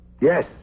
Yes